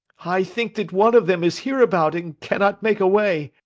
i think that one of them is hereabout, and cannot make away.